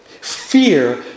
fear